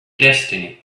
destiny